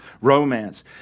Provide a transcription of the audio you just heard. romance